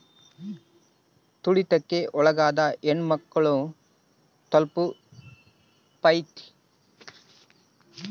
ತುಳಿತಕ್ಕೆ ಒಳಗಾದ ಹೆಣ್ಮಕ್ಳು ನ ತಲುಪೈತಿ